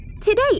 today